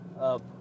up